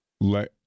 let